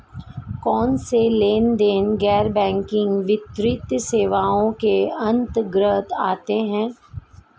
कौनसे लेनदेन गैर बैंकिंग वित्तीय सेवाओं के अंतर्गत आते हैं?